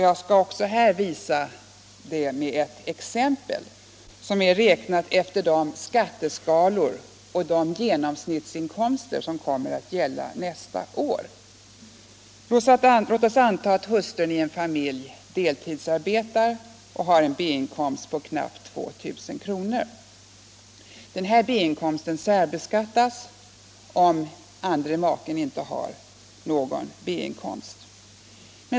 Jag skall också här visa detta med ett exempel, som är räknat efter de skatteskalor och genomsnittsinkomster som kommer att gälla nästa år. Låt oss anta att hustrun i en familj deltidsarbetar och har en B-inkomst på knappt 2 000 kr. Den B-inkomsten särbeskattas om andra maken inte har någon B-inkomst.